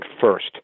first